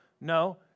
No